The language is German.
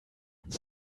uns